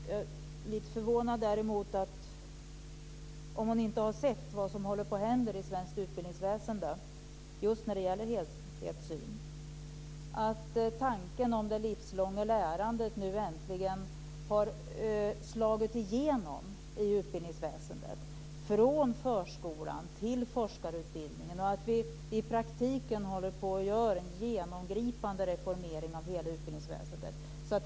Jag är lite förvånad däremot om hon inte har sett vad som händer på svenskt utbildningsväsende just när det gäller helhetssyn, att tanken om det livslånga lärandet nu äntligen har slagit igenom i utbildningsväsendet, från förskolan till forskarutbildningen, att vi i praktiken håller på att göra en genomgripande reformering av hela utbildningsväsendet.